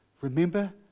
remember